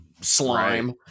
slime